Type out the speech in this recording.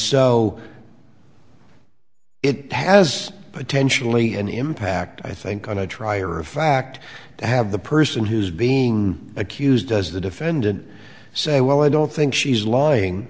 so it has potentially an impact i think on a trier of fact to have the person who's being accused does the defendant say well i don't think she's lying